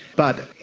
but,